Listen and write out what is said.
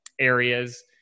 areas